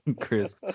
Chris